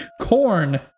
Corn